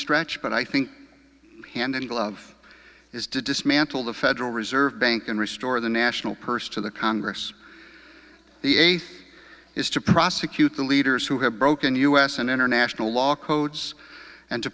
stretch but i think hand in glove is to dismantle the federal reserve bank and restore the national purse to the congress the eighth is to prosecute the leaders who have broken u s and international law codes and to